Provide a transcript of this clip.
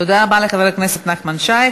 תודה רבה לחבר הכנסת נחמן שי.